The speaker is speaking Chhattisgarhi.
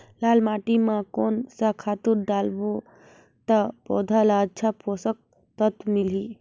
लाल माटी मां कोन सा खातु डालब ता पौध ला अच्छा पोषक तत्व मिलही?